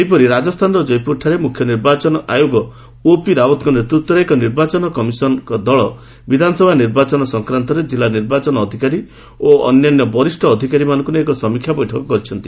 ସେହିପରି ରାଜସ୍ଥାନର ଜୟପୁରଠାରେ ମୁଖ୍ୟ ନିର୍ବାଚନ ଆୟୋଗ ଓପି ରାୱତ୍ଙ୍କ ନେତୃତ୍ୱରେ ଏକ ନିର୍ବାଚନୀ କମିଶନ ଦଳ ବିଧାନସଭା ନିର୍ବାଚନ ସଂକ୍ରାନ୍ତରେ ଜିଲ୍ଲା ନିର୍ବାଚନ ଅଧିକାରୀ ଗଣ ଏବଂ ଅନ୍ୟ ବରିଷ୍ଣ ପଦାଧିକାରୀଙ୍କୁ ନେଇ ଏକ ସମୀକ୍ଷା ବୈଠକ କରିଛନ୍ତି